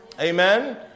Amen